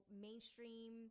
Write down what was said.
mainstream